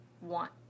want